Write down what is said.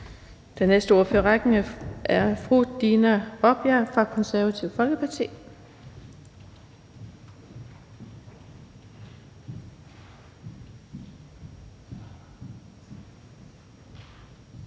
Den næste ordfører i rækken er fru Dina Raabjerg fra Det Konservative Folkeparti.